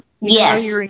Yes